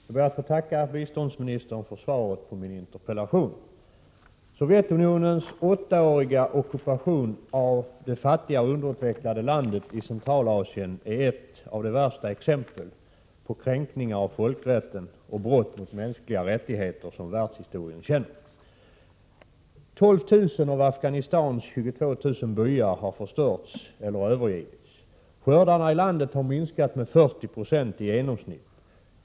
Herr talman! Jag ber att få tacka biståndsministern för svaret på min interpellation. Sovjetunionens åttaåriga ockupation av det här fattiga och underutvecklade landet i Centralasien är ett av de värsta exemplen på kränkning av folkrätten och brott mot mänskliga rättigheter som världshistorien känner. 12 000 av Afghanistans 22 000 byar har förstörts eller övergivits. Skördarna i landet har minskat med 40 96 i genomsnitt.